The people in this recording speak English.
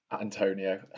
Antonio